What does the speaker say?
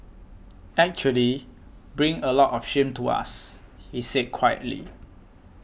actually bring a lot of shame to us he said quietly